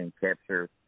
capture